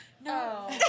No